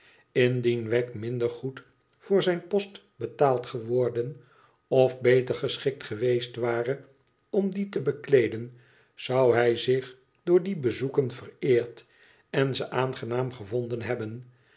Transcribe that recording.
indien wegg minder goed voor zijn post betaald geworden of beter geschikt geweest ware om dien te bekleeden zou hij zich door die bezoeken vereerd en ze aangenaam gevonden hebben